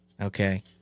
Okay